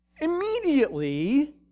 immediately